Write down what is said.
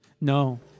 No